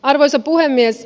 arvoisa puhemies